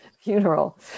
funeral